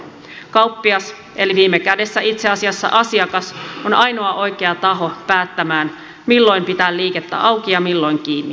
kauppias eli viime kädessä itse asiassa asiakas on ainoa oikea taho päättämään milloin pitää liikettä auki ja milloin kiinni